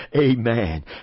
Amen